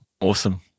Awesome